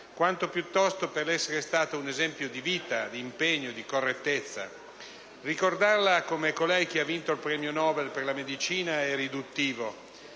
quanto piuttosto per l'essere stata un esempio di vita, di impegno e di correttezza. Ricordarla come colei che ha vinto il premio Nobel per la medicina è riduttivo.